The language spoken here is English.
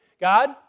God